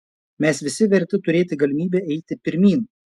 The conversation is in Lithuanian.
mes visi verti turėti galimybę eiti pirmyn